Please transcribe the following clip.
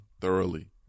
thoroughly